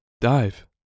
Dive